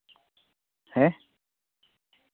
ᱦᱮᱸ